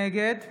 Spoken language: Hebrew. נגד